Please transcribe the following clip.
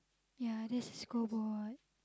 ya that a score board